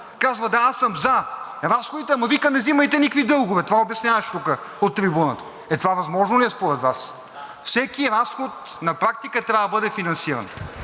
Казва – да, аз съм за разходите, ама вика – не взимайте никакви дългове, това обясняваше тук, от трибуната. Това възможно ли е според Вас? Всеки разход на практика трябва да бъде финансиран